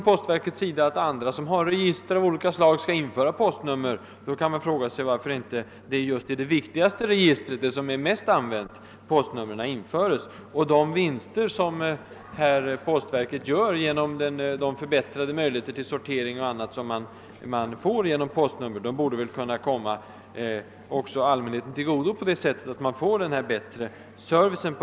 Postverket vill ju att andra som har register av olika slag skall införa postnummer där; då kan man fråga sig varför inte postnumren införes i det viktigaste registret, det som är mest använt. De vinster som postverket gör genom förbättrade möjligheter till sortering borde väl komma allmänheten till godo på det sättet att man får en bättre service.